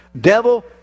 Devil